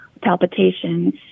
palpitations